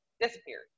disappeared